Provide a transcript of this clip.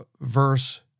verse